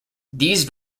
these